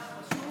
חבל.